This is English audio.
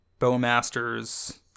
Bowmasters